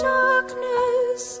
darkness